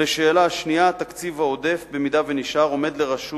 לשאלה השנייה, התקציב העודף, אם נשאר, עומד לרשות